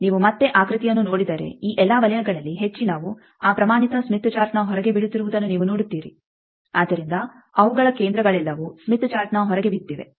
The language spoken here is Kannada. ನೀವು ಮತ್ತೆ ಆಕೃತಿಯನ್ನು ನೋಡಿದರೆ ಈ ಎಲ್ಲಾ ವಲಯಗಳಲ್ಲಿ ಹೆಚ್ಚಿನವು ಆ ಪ್ರಮಾಣಿತ ಸ್ಮಿತ್ ಚಾರ್ಟ್ನ ಹೊರಗೆ ಬೀಳುತ್ತಿರುವುದನ್ನು ನೀವು ನೋಡುತ್ತೀರಿ ಆದ್ದರಿಂದ ಅವುಗಳ ಕೇಂದ್ರಗಳೆಲ್ಲವೂ ಸ್ಮಿತ್ ಚಾರ್ಟ್ನ ಹೊರಗೆ ಬಿದ್ದಿವೆ